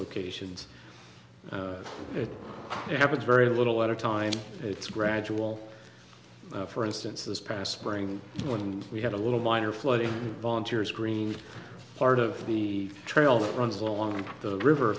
locations it happens very little at a time it's gradual for instance this past spring when we had a little minor flooding volunteers green part of the trail that runs along the river